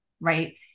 right